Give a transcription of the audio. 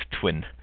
twin